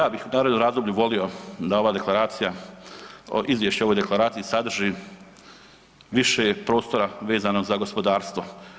Ja bih u narednom razdoblju volio da ova Deklaracija, izvješće o ovoj Deklaraciji sadrži više prostora vezano za gospodarstvo.